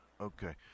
Okay